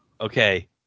Okay